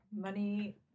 Money